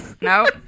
no